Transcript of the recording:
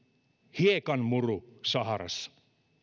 hiekanmuru saharassa